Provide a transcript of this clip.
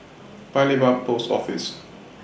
Paya Lebar Post Office